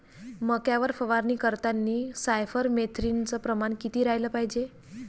मक्यावर फवारनी करतांनी सायफर मेथ्रीनचं प्रमान किती रायलं पायजे?